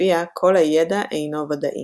לפיה כל הידע אינו ודאי.